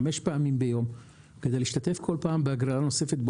חמש פעמים ביום כדי להשתתף בכל פעם בהגרלה נוספת.